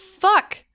fuck